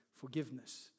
forgiveness